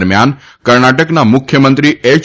દરમ્યાન કર્ણાટકના મુખ્યમંત્રી એચ